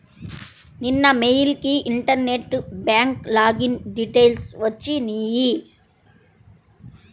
నిన్న మెయిల్ కి internet bank login details వచ్చినియ్యి